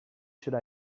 should